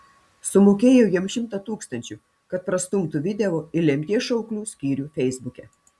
sumokėjau jam šimtą tūkstančių kad prastumtų video į lemties šauklių skyrių feisbuke